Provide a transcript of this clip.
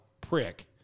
prick